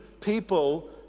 people